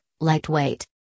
Lightweight